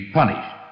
punished